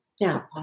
Now